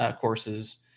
courses